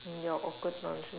your awkward nonsense